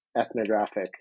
ethnographic